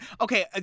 Okay